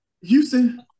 Houston